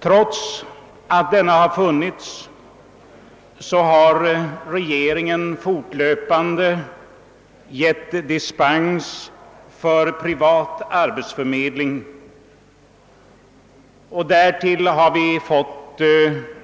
Trots detta har regeringen fortlöpande givit dispens åt privat arbetsförmedling och därtill har vi fått